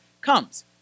comes